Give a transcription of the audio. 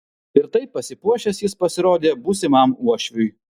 ir taip pasipuošęs jis pasirodė būsimam uošviui